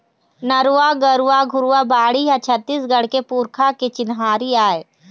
नरूवा, गरूवा, घुरूवा, बाड़ी ह छत्तीसगढ़ के पुरखा के चिन्हारी आय